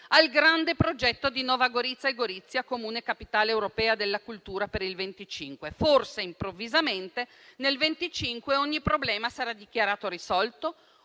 al grande progetto di Nova Gorica e Gorizia comune capitale europea della cultura per il 2025. Forse, improvvisamente, nel 2025 ogni problema sarà dichiarato risolto?